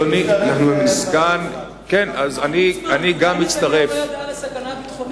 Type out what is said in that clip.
מר ליצמן, לא יודע על הסכנה הביטחונית?